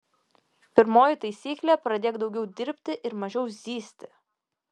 pirmoji taisyklė pradėk daugiau dirbti ir mažiau zyzti